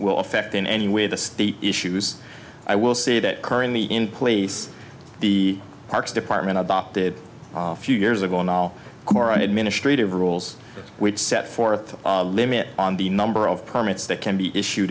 will affect in any way the state issues i will say that currently in place the parks department adopted a few years ago now more on administrative rules which set forth a limit on the number of permits that can be issue